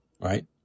Right